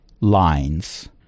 lines